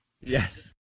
Yes